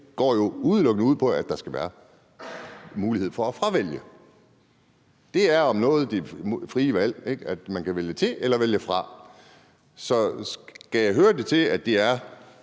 her jo udelukkende går ud på, at der skal være mulighed for at fravælge. Det er om noget det frie valg – man kan vælge til eller vælge fra. Så skal jeg høre det sådan –